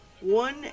one